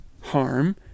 harm